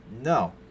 No